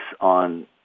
on